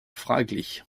fraglich